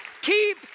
Keep